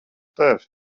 tevi